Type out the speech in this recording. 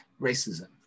racism